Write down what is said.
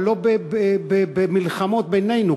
אבל לא במלחמות בינינו,